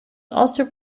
also